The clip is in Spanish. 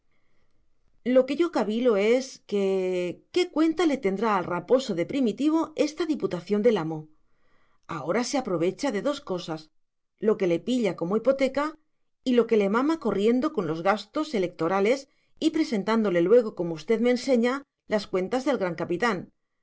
lo que yo cavilo es qué cuenta le tendrá al raposo de primitivo esta diputación del amo ahora se aprovecha de dos cosas lo que le pilla como hipoteca y lo que le mama corriendo con los gastos electorales y presentándole luego como usted me enseña las cuentas del gran capitán